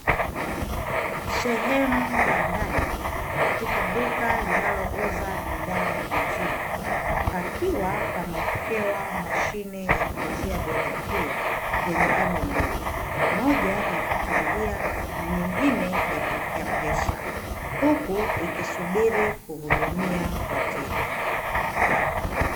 Sehemu ya ndani katika duka linaliuza bidhaa ya maziwa, pakiwa pamewekewa mashine ya kuuzia bidhaa hiyo yenye pande mbili; Moja, ya kukingia na nyingine ya kuwekea pesa huku ikisubiri kuhudumia wateja .